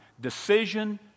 Decision